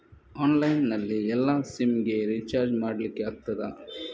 Online ನಲ್ಲಿ ಎಲ್ಲಾ SIM ಗೆ ರಿಚಾರ್ಜ್ ಮಾಡಲಿಕ್ಕೆ ಆಗ್ತದಾ?